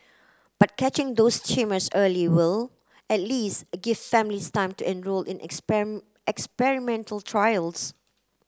but catching those tumours early will at least give families time to enrol in experimental trials